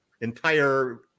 entire